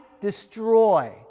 destroy